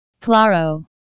Claro